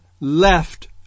left